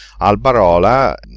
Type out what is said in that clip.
Albarola